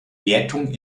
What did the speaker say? wertung